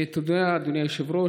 תודה, אדוני היושב-ראש.